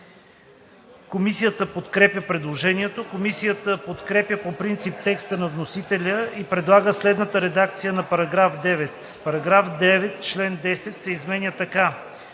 Комисията подкрепя предложението. Комисията подкрепя по принцип текста на вносителя и предлага следната редакция на § 9: „§ 9. Член 10 се изменя така: